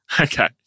Okay